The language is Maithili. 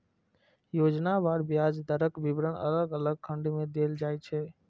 योजनावार ब्याज दरक विवरण अलग अलग खंड मे देल जाइ छै